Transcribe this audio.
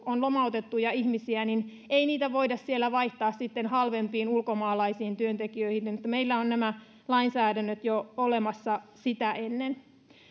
on jo lomautettuja ihmisiä niin ei niitä voida siellä vaihtaa halvempiin ulkomaalaisiin työntekijöihin meillä on nämä lainsäädännöt olemassa jo sitä ennen